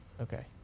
Okay